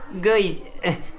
Guys